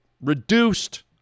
reduced